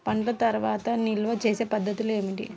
పంట తర్వాత నిల్వ చేసే పద్ధతులు ఏమిటి?